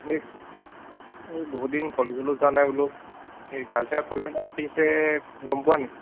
এই এই বহু দিন কলেজলৈ যোৱা নাই বোলো এই কালচাৰেল প্ৰগ্ৰেম গম পোৱা নি